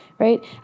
Right